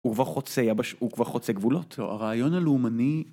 הוא כבר חוצה גבולות? הרעיון הלאומני...